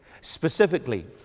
specifically